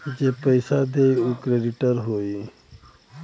जे पइसा देई उ क्रेडिटर होई